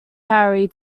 harry